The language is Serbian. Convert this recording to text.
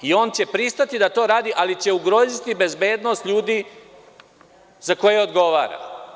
On će pristati da to radi, ali će ugroziti bezbednost ljudi za koje odgovara.